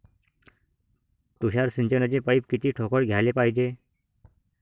तुषार सिंचनाचे पाइप किती ठोकळ घ्याले पायजे?